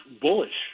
bullish